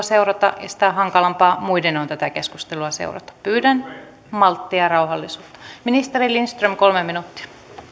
seurata ja sitä hankalampaa muiden on tätä keskustelua seurata pyydän malttia ja rauhallisuutta ministeri lindström kolme minuuttia